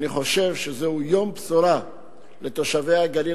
אני חושב שזהו יום בשורה לתושבי הגליל